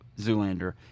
Zoolander